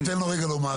אז תן לו רגע לומר.